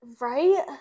right